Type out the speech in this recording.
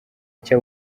icyo